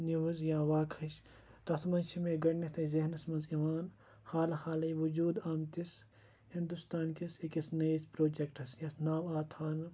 news یا واقعہٕچ تَتھ منٛز چھِ مےٚ گِۄڈٕنیٚتھٕے زِہنَس منٛز یِوان ہال ہالَے وُجُود آمتِس ہنٛدوستان کِس أکِس نٔیِس پروجَکٹَس پٮ۪ٹھ ناو آو تھاونہٕ